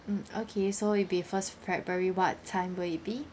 mm okay so it'll be first february what time will it be